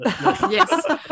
yes